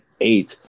eight